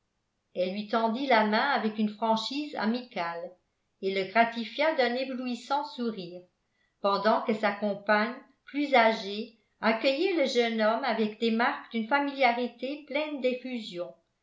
elle lui tendit la main avec une franchise amicale et le gratifia d'un éblouissant sourire pendant que sa compagne plus âgée accueillait le jeune homme avec des marques d'une familiarité pleine d'effusion